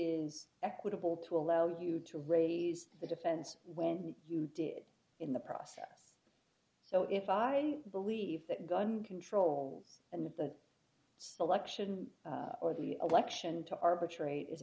is equitable to allow you to raise the defense when you did in the process so if i believe that gun control and if the selection or the election to arbitrat